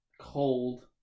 cold